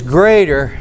greater